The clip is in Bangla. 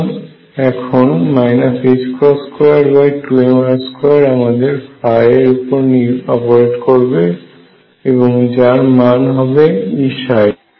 সুতরাং এখন 22mr2 আমাদের এর উপরে অপারেট করবে এবং যার মান হবে Eψ